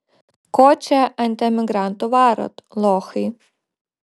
ko čia ant emigrantų varot lochai